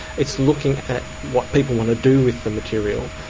it's looking at what people want to do with the material,